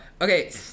Okay